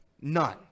none